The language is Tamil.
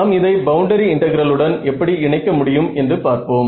நாம் இதை பவுண்டரி இன்டெகிரலுடன் எப்படி இணைக்க முடியும் என்று பார்ப்போம்